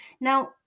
now